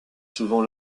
souvent